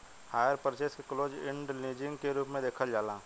hire purchase के close end leasing के रूप में देखावल जाला